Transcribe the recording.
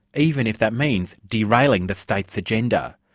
even if that means derailing the state's agenda.